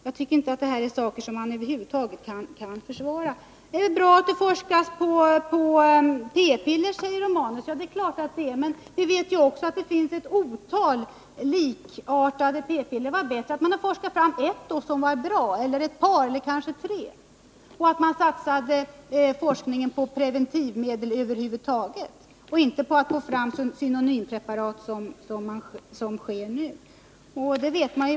Jag tycker inte att detta är saker som man över huvud taget kan försvara. Det är bra att det forskas när det gäller p-piller, säger Gabriel Romanus. Ja, det är klart, men vi vet att det finns ett otal p-piller som liknar varandra. Det hade varit bättre, om man hade forskat fram ett, två eller kanske tre som är bra och att man sedan satsat på forskning om preventivmedel över huvud taget och inte på att få fram synonympreparat som nu är fallet.